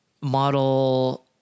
model